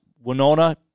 Winona